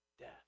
Death